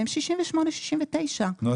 הם 69-68. נו,